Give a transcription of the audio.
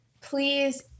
Please